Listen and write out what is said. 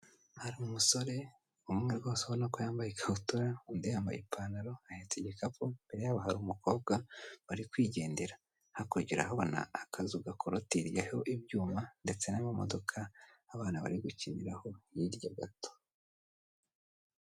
Hari umusore umwe rwose ubonako yambaye ikabutura, undi yambaye ipantaro ahetse igikapu, imbere yabo hari umukobwa uri kwigendera, hakurya urahabona akazu gakorotiriyeho ibyuma ndetse n'amamodoka abana bari gukiniraho hirya gato.